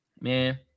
Man